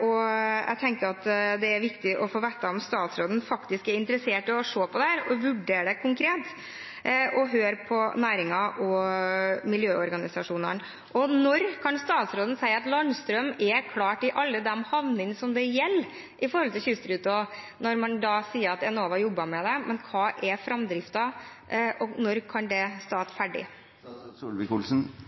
og jeg tenker at det er viktig å få vite om statsråden faktisk er interessert i å se på dette, vurdere det konkret og høre på næringen og miljøorganisasjonene. Når kan statsråden si at landstrøm er klart i alle de havnene det gjelder for kystruta, når man sier at Enova jobber med det. Hva er framdriften, og når kan det stå ferdig?